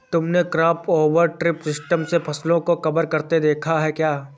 तुमने crop over tree system से फसलों को कवर करते देखा है क्या?